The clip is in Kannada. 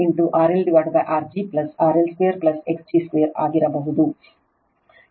ಆದ್ದರಿಂದ ಇದು Vg2 RLR g RL2 x g 2 ಆಗಿರಬಹುದು